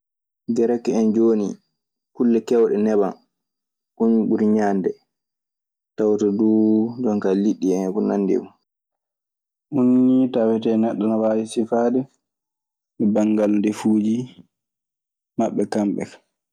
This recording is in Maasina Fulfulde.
Gerec en jooni, kulle keewɗe neban kañun ɓuri ñaande. Tawata duu jonkaa liɗɗi en e ko nanndi e mun. Ɗun nii tawetee neɗɗo ne waawi sifaade banngal ndefuuji maɓɓe kamɓe kaa.